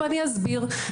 ואני אסביר.